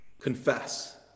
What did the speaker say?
confess